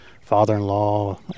father-in-law